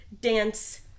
dance